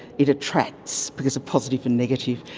it attracts because of positive and negative,